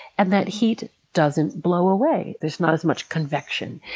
and that heat doesn't blow away. there's not as much convection,